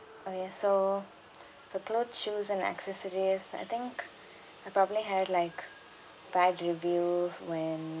oh ya so the clothes shoes and accessories I think I probably had like bad review when